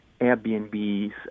Airbnb's